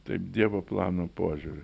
taip dievo plano požiūriu